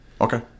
Okay